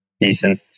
decent